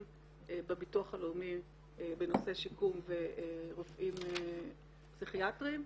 בביטוח הלאומי בנושא שיקום ורופאים פסיכיאטרים,